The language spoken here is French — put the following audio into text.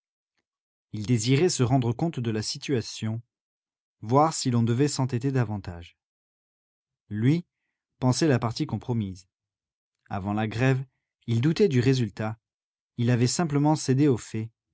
il désirait se rendre compte de la situation voir si l'on devait s'entêter davantage lui pensait la partie compromise avant la grève il doutait du résultat il avait simplement cédé aux faits